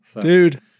Dude